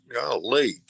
Golly